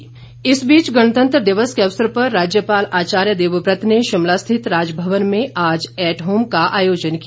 eight home इस बीच गणतंत्र दिवस के अवसर पर राज्यपाल आचार्य देवव्रत ने शिमला स्थित राजभवन में आज एट होम का आयोजन किया